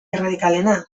erradikalena